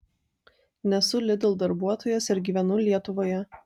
nesu lidl darbuotojas ir gyvenu lietuvoje